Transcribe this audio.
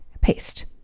Paste